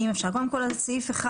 סעיף (1),